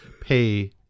pay